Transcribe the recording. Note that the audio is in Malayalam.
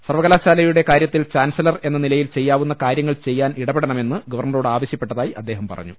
സർവകലാശാലയുടെ കാര്യത്തിൽ ചാൻസ ലർ എന്ന നിലയിൽ ചെയ്യാവുന്ന കാര്യങ്ങൾ ചെയ്യാൻ ഇടപെട ണമെന്ന് ഗവർണറോട് ആവശ്യപ്പെട്ടതായി അദ്ദേഹം പറഞ്ഞു